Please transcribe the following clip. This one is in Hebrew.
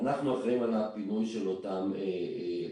אנחנו אחראים על הפינוי של אותם חולים.